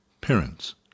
Parents